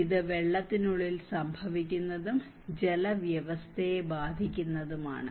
ഇത് വെള്ളത്തിനുള്ളിൽ സംഭവിക്കുന്നതും ജലവ്യവസ്ഥയെ ബാധിക്കുന്നതുമാണ്